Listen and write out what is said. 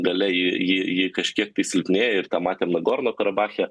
galia ji ji ji kažkiek silpnėja ir tą matėm nagorno karabache